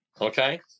Okay